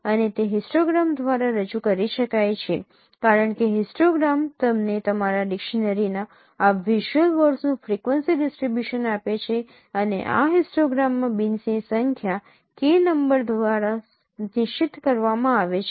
અને તે હિસ્ટોગ્રામ દ્વારા રજૂ કરી શકાય છે કારણ કે હિસ્ટોગ્રામ તમને તમારા ડિક્શનરીના આ વિઝ્યુઅલ વર્ડસનું ફ્રિક્વન્સી ડિસ્ટ્રિબ્યુશન આપે છે અને આ હિસ્ટોગ્રામમાં બીન્સની સંખ્યા K નંબર દ્વારા નિશ્ચિત કરવામાં આવે છે